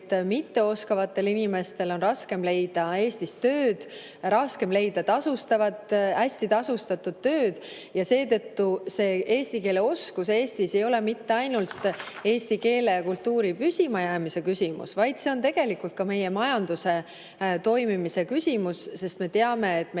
mitteoskavatel inimestel on raskem leida Eestis tööd, raskem leida hästi tasustatud tööd ja seetõttu eesti keele oskus Eestis ei ole mitte ainult eesti keele ja kultuuri püsimajäämise küsimus, vaid see on tegelikult ka meie majanduse toimimise küsimus, sest me teame, et meil